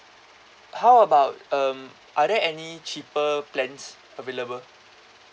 how about um are there any cheaper plans available